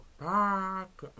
back